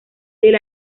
del